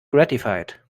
gratified